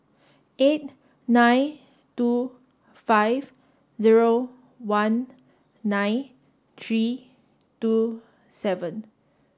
eight nine two five zero one nine three two seven